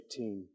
18